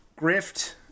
grift